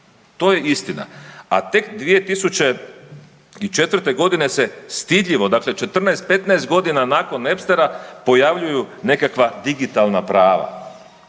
To je istina, a tek 2004. g. se stidljivo, dakle, 14, 15 godina nakon Napstera pojavljuju nekakva digitalna prava.